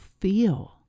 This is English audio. feel